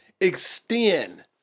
extend